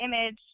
image